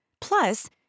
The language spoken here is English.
Plus